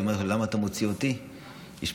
היא אמרה לו: למה אתה מוציא אותי?